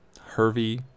Hervey